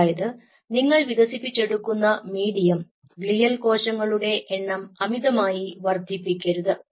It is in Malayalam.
അതായത് നിങ്ങൾ വികസിപ്പിച്ചെടുക്കുന്ന മീഡിയം ഗ്ലിയൽ കോശങ്ങളുടെ എണ്ണം അമിതമായി വർധിപ്പിക്കരുത്